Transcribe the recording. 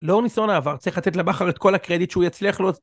לא ניסיון אהבה, צריך לתת לבחר את כל הקרדיט שהוא יצליח לו.